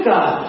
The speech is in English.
God